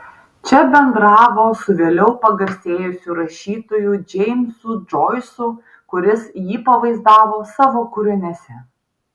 čia bendravo su vėliau pagarsėjusiu rašytoju džeimsu džoisu kuris jį pavaizdavo savo kūriniuose